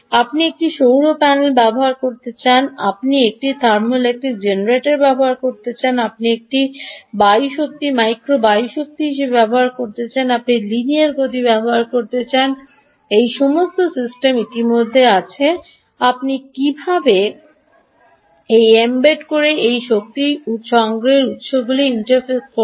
আপনি একটি সৌর প্যানেল ব্যবহার করতে চান আপনি একটি থার্মোইলেক্ট্রিক জেনারেটর ব্যবহার করতে চান আপনি একটি বায়ু শক্তি মাইক্রো বায়ু শক্তি ব্যবহার করতে চান আপনি লিনিয়ার গতি ব্যবহার করতে চান এই সমস্ত সিস্টেম ইতিমধ্যে আছে আপনি কীভাবে এই এম্বেড করে সেই শক্তি সংগ্রহের উত্সগুলিকে ইন্টারফেস করবেন